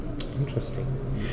Interesting